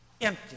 Empty